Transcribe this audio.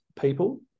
people